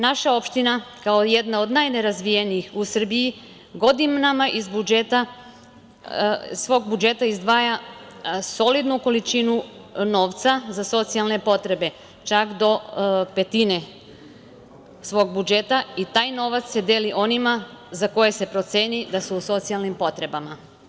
Naša opština, kao jedna od najnerazvijenih u Srbiji, godinama iz svog budžeta izdvaja solidnu količinu novca za socijalne potrebe, čak do petine svog budžeta i taj novac se deli onima za koje se proceni da su u socijalnim potrebama.